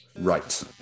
Right